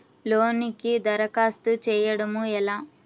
లోనుకి దరఖాస్తు చేయడము ఎలా?